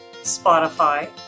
Spotify